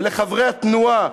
לחברי התנועה,